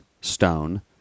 stone